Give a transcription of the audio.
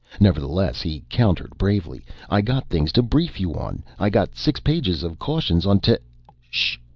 nevertheless he countered bravely, i got things to brief you on. i got six pages of cautions on ti shh!